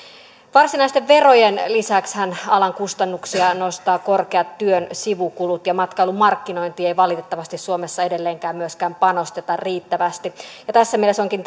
varsinaisten verojen lisäksihän alan kustannuksia nostavat korkeat työn sivukulut ja myöskään matkailun markkinointiin ei valitettavasti suomessa edelleenkään panosteta riittävästi tässä mielessä onkin